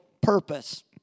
purpose